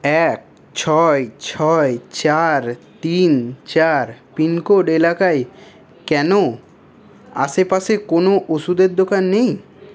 এক ছয় ছয় চার তিন চার পিনকোড এলাকায় কেন আশেপাশে কোনও ওষুধের দোকান নেই